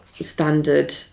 standard